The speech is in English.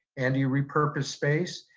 and do you repurpose space?